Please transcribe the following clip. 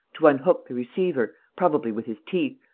to unhook the receiver, probably with his teeth,